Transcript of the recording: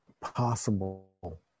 possible